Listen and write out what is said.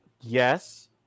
Yes